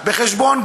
בחשבון,